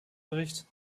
bericht